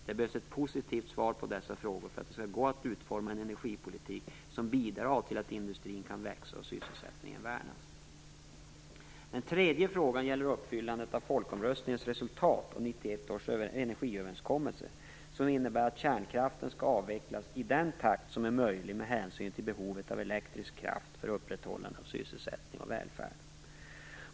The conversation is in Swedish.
Det behövs ett positivt svar på båda dessa frågor för att det skall gå att utforma en energipolitik som bidrar till att industrin kan växa och sysselsättningen värnas. Den tredje frågan gäller uppfyllandet av folkomröstningens resultat och 1991 års energiöverenskommelse, som innebär att kärnkraften skall avvecklas i den takt som är möjlig med hänsyn till behovet av elektrisk kraft för upprätthållande av sysselsättning och välfärd.